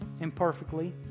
Imperfectly